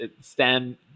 stand